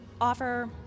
offer